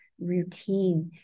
routine